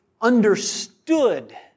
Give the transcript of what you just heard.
understood